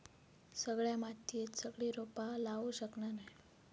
सगळ्या मातीयेत सगळी रोपा लावू शकना नाय